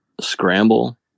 scramble